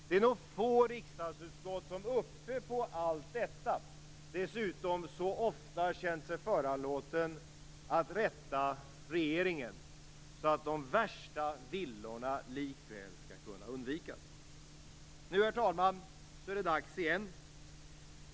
Det är nog få riksdagsutskott som ovanpå allt detta, och dessutom så ofta, känt sig föranlåtna att rätta regeringen för att de värsta villorna skall kunna undvikas. Nu är det dags igen.